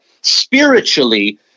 spiritually –